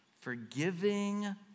forgiving